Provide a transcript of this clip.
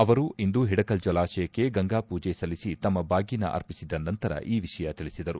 ಅವರು ಇಂದು ಹಿಡಕಲ್ ಜಲಾಶಯಕ್ಕೆ ಗಂಗಾ ಪೂಜೆ ಸಲ್ಲಿಸಿ ತಮ್ಮ ಬಾಗಿನ ಅರ್ಪಿಸಿದ ನಂತರ ಈ ವಿಷಯ ತಿಳಿಸಿದರು